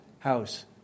house